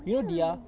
you know diah